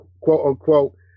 quote-unquote